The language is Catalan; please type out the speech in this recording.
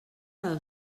del